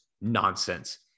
nonsense